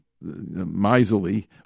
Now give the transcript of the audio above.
miserly